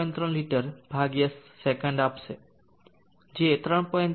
3 litre second આપશે જે 3